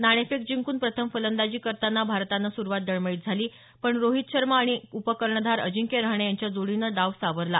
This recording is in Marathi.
नाणेफेक जिंकून प्रथम फलंदाजी करताना भारतानं सुरुवात डळमळीत झाली पण रोहित शर्मा आणि आणि उपकर्णधार अजिंक्य रहाणे यांच्या जोडीनं डाव सावरला